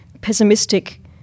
pessimistic